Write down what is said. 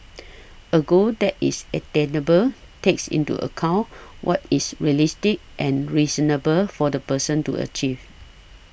a goal that is attainable takes into account what is realistic and reasonable for the person to achieve